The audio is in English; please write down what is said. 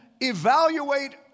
evaluate